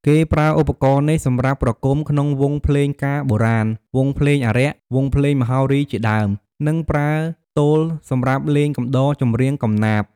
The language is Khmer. គេប្រើឧបករណ៍នេះសម្រាប់ប្រគំ ក្នុងវង់ភ្លេងការបុរាណ វង់ភ្លេងអារក្ស វង់ភ្លេងមហោរីជាដើម និងប្រើទោលសម្រាប់លេងកំដរចម្រៀងកំណាព្យ។